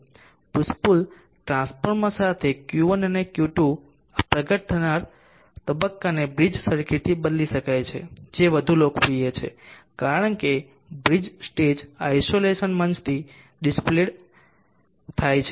push pull transformer સાથે Q1 અને Q2 આ પ્રગટ થનારા તબક્કાને બ્રિજ સર્કિટથી બદલી શકાય છે જે વધુ લોકપ્રિય છે કારણ કે બ્રિજ સ્ટેજ આઇસોલેસન મંચથી ડિસપ્લેડ થાય છે